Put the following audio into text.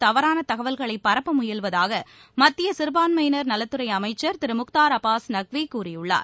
தவறான தகவல்களை பரப்ப முயல்வதாக மத்திய சிறுபான்மையினர் நலத்துறை அமைச்சர் திரு முக்தார் அப்பாஸ் நக்வி கூறியுள்ளார்